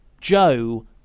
Joe